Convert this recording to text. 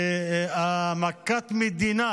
מכת המדינה